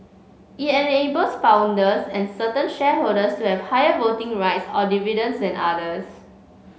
it enables founders and certain shareholders to have higher voting rights or dividends than others